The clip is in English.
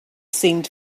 seemed